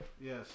Yes